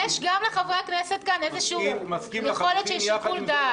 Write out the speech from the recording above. יש גם לחברי הכנסת כאן איזשהו יכולת של שיקול דעת.